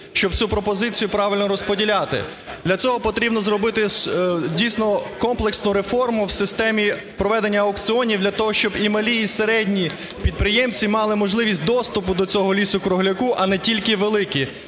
щоб цю пропозицію правильно розподіляти. Для цього потрібно зробити дійсно комплексну реформу в системі проведення аукціонів для того, щоб і малі, і середні підприємці мали можливість доступу до цього лісу-кругляку, а не тільки великі.